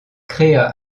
créa